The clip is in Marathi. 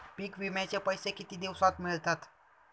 पीक विम्याचे पैसे किती दिवसात मिळतात?